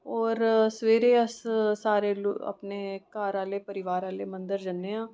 होर सवेरे अस सारे अपने घर आह्ले परिवार आह्ले मंदर जन्ने आं